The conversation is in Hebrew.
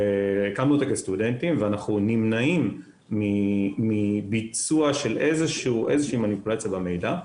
ואנחנו נמנעים מביצוע של איזושהי מניפולציה במידע.